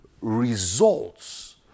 results